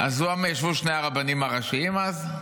ישבו שני הרבנים הראשיים אז,